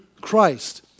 Christ